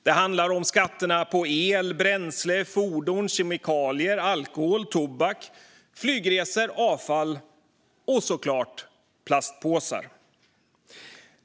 Det handlar om skatterna på el, bränsle, fordon, kemikalier, alkohol, tobak, flygresor, avfall och - såklart - plastpåsar.